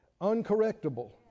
uncorrectable